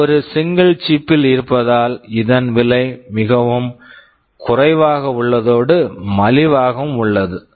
இது ஒரு single single சிப்chip பில் இருப்பதால் இதன் விலை மிகவும் குறைவாக உள்ளதோடு மலிவாகவும் உள்ளது